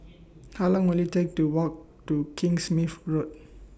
How Long Will IT Take to Walk to King Smith Road